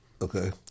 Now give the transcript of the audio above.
Okay